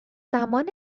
زمان